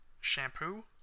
Shampoo